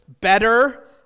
better